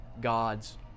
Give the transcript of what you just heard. God's